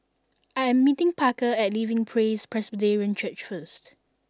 I am meeting Parker at Living Praise Presbyterian Church first